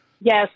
Yes